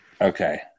Okay